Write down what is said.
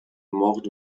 mort